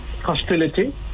Hostility